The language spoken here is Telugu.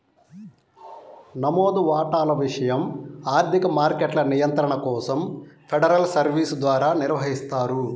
నమోదు వాటాల విషయం ఆర్థిక మార్కెట్ల నియంత్రణ కోసం ఫెడరల్ సర్వీస్ ద్వారా నిర్వహిస్తారు